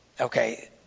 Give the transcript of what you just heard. Okay